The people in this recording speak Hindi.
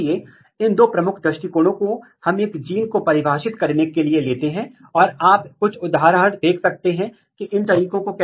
और इन दोनों के पास पुष्प ट्रांजिशन को रेगुलेट करने के लिए अपने स्वतंत्र या समानांतर रास्ते हैं इसे कैसे स्थापित करें